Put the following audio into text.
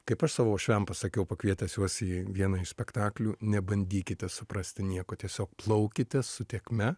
kaip aš savo uošviam pasakiau pakvietęs juos į vieną iš spektaklių nebandykite suprasti nieko tiesiog plaukite su tėkme